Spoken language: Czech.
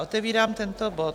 Otevírám tento bod.